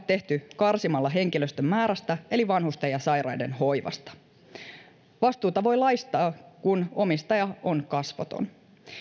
tehty karsimalla henkilöstön määrästä eli vanhusten ja sairaiden hoivasta vastuusta voi laistaa kun omistaja on kasvoton